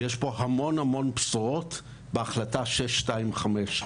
יש הרבה מאוד בשורות בהחלטה 625,